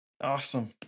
Awesome